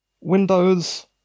Windows